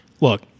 Look